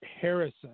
Harrison